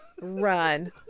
run